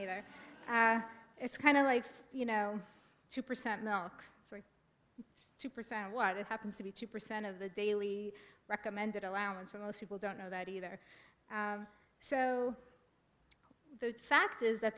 neither and it's kind of like you know two percent milk or two percent of what happens to be two percent of the daily recommended allowance for most people don't know that either so the fact is that